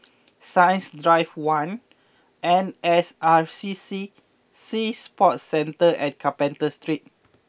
Science Drive one N S R C C Sea Sports Centre and Carpenter Street